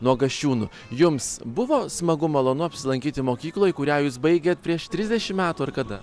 nuo gasčiūnų jums buvo smagu malonu apsilankyti mokykloj kurią jūs baigėt prieš trisdešimt metų ar kada